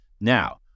Now